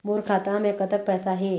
मोर खाता मे कतक पैसा हे?